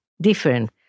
different